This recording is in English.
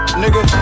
nigga